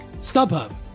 StubHub